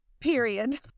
Period